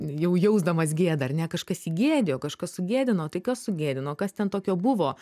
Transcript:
jau jausdamas gėdą ar ne kažkas jį gėdijo kažkas sugėdino tai kas sugėdino kas ten tokio buvo